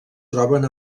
troben